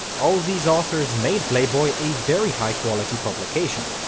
all these authors made playboy a very high quality publication,